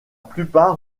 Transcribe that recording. plupart